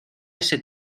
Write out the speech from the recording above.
ese